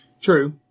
True